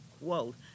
quote